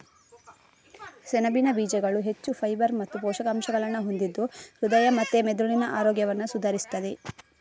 ಸೆಣಬಿನ ಬೀಜಗಳು ಹೆಚ್ಚು ಫೈಬರ್ ಮತ್ತು ಪೋಷಕಾಂಶಗಳನ್ನ ಹೊಂದಿದ್ದು ಹೃದಯ ಮತ್ತೆ ಮೆದುಳಿನ ಆರೋಗ್ಯವನ್ನ ಸುಧಾರಿಸ್ತದೆ